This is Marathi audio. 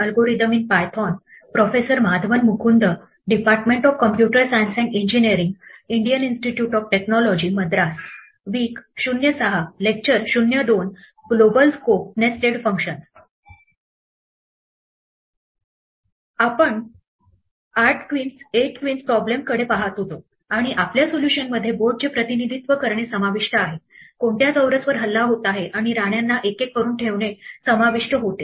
आपण 8 क्वींस प्रॉब्लेमकडे पाहत होतो आणि आपल्या सोल्युशन मध्ये बोर्डचे प्रतिनिधित्व करणे समाविष्ट आहे कोणत्या चौरसवर हल्ला होत आहे आणि राण्यांना एक एक करून ठेवणे समाविष्ट होते